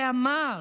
שאמר: